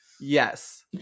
Yes